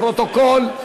לפרוטוקול,